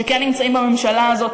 שכן נמצאים בממשלה הזאת,